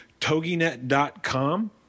toginet.com